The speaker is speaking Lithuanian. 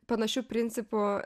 panašiu principu